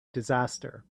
disaster